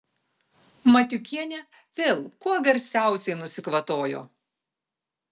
matiukienė vėl kuo garsiausiai nusikvatojo